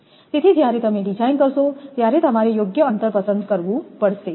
તેથી જ્યારે તમે ડિઝાઇન કરશો ત્યારે તમારે યોગ્ય અંતર પસંદ કરવું પડશે